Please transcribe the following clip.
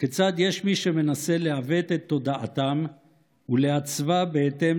כיצד יש מי שמנסה לעוות את תודעתם ולעצבה בהתאם